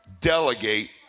delegate